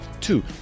Two